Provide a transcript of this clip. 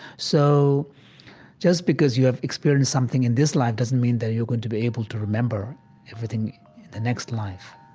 so just because you have experienced something in this life doesn't mean that you're going to be able to remember everything in the next life